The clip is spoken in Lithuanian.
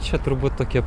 čia turbūt tokia